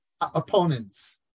opponents